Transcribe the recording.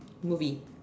movie